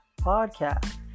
podcast